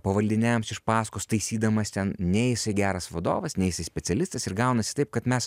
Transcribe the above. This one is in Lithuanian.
pavaldiniams už paskos taisydamas ten nei jisai geras vadovas nei jisai specialistas ir gaunasi taip kad mes